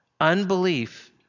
Unbelief